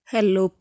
Hello